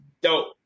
dope